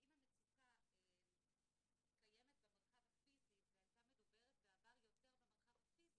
אם המצוקה קיימת במרחב הפיזי והייתה מדוברת בעבר יותר במרחב הפיזי,